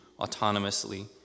autonomously